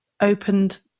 opened